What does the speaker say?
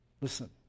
Listen